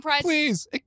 Please